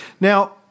Now